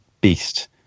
beast